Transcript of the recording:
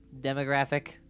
demographic